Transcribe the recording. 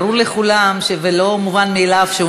ברור לכולם שזה לא ברור מאליו שהוא